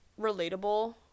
relatable